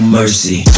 mercy